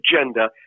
agenda